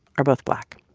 are both black